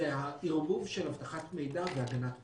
זה הערבוב של אבטחת מידע והגנת הפרטיות.